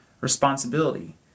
responsibility